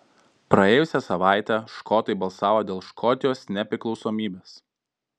praėjusią savaitę škotai balsavo dėl škotijos nepriklausomybės